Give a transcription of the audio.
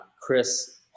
Chris